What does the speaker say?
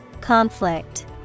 Conflict